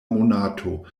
monato